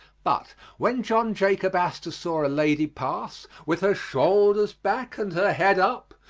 but when john jacob astor saw a lady pass, with her shoulders back and her head up,